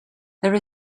there